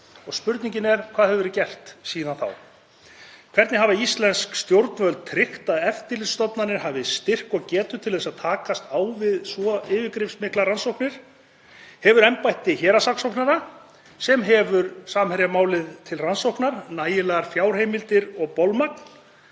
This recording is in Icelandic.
sig. Spurningin er: Hvað hefur verið gert síðan þá? Hvernig hafa íslensk stjórnvöld tryggt að eftirlitsstofnanir hafi styrk og getu til að takast á við svo yfirgripsmiklar rannsóknir? Hefur embætti héraðssaksóknara, sem hefur Samherjamálið til rannsóknar, nægilegar fjárheimildir og bolmagn?